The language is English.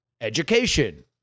education